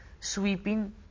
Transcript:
sweeping